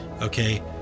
okay